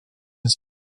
his